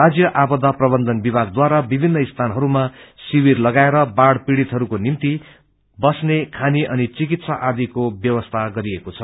राज्य आपदा प्रवन्धन विभागद्वारा विभिन्न स्थानहरूमा शिविर लगाएर बाढ़ पीड़ितहरूको निम्ति बस्ने खाने अनि चिकित्सा आदिको ब्यवस्था गरिएको छ